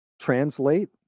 translate